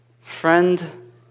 friend